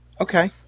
Okay